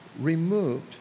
removed